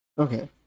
Okay